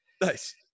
nice